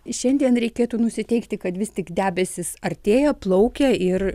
šiandien reikėtų nusiteikti kad vis tik debesys artėjo plaukė ir